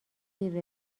دیر